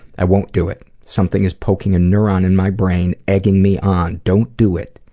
i won't do it. something is poking a neuron in my brain egging me on don't do it.